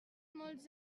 molts